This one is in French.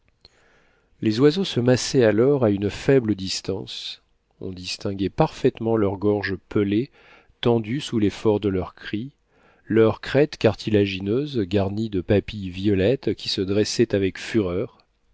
les oiseaux se massaient alors à une faible distance on distinguait parfaitement leur gorge pelée tendue sous l'effort de leurs cris leur crête cartilagineuse garnie de papilles violettes qui se dressait avec fureur